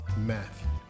Matthew